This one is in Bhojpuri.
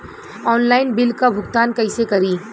ऑनलाइन बिल क भुगतान कईसे करी?